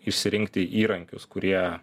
išsirinkti įrankius kurie